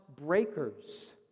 breakers